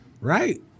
Right